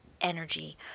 energy